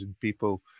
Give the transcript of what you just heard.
people